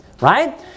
right